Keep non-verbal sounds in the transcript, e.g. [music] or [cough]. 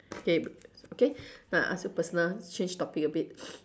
K K I ask you personal change topic a bit [noise]